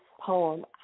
poem